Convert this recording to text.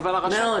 מאוד.